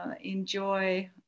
enjoy